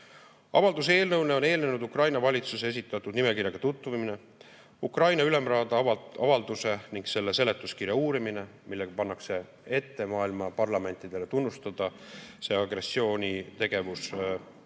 Avalduse eelnõu [koostamisele] on eelnenud Ukraina valitsuse esitatud nimekirjaga tutvumine, Ukraina Ülemraada avalduse ning selle seletuskirja uurimine, millega pannakse ette maailma parlamentidele tunnustada see agressioonitegevus